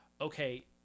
okay